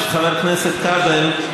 חבר הכנסת כבל,